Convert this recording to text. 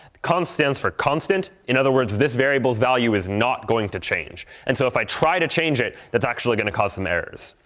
const stands for constant. in other words, this variable's value is not going to change. and so if i try to change it, that's actually going to cause some errors.